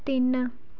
ਤਿੰਨ